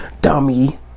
Dummy